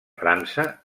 frança